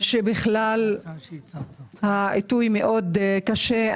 שהוא מאוד קשה.